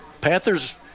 Panthers